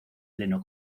pleno